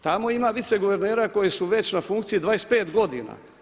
Tamo ima viceguvernera koji su već na funkciji 25 godina.